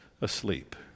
asleep